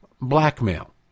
blackmail